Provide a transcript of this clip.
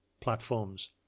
platforms